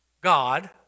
God